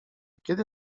kiedy